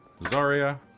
zarya